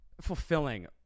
fulfilling